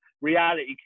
reality